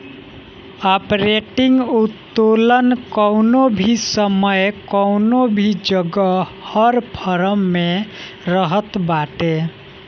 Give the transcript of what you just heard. operating उत्तोलन कवनो भी समय कवनो भी जगह हर फर्म में रहत बाटे